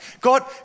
God